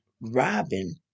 Robin